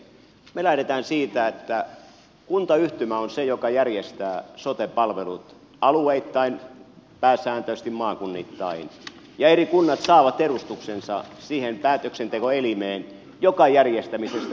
me lähdemme siitä että kuntayhtymä on se joka järjestää sote palvelut alueittain pääsääntöisesti maakunnittain ja eri kunnat saavat edustuksensa siihen päätöksentekoelimeen joka järjestämisestä päättää